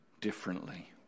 differently